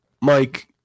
Mike